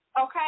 okay